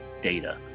data